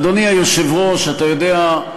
אדוני היושב-ראש, אתה יודע,